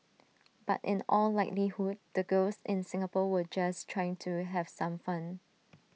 but in all likelihood the girls in Singapore were just trying to have some fun